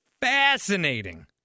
fascinating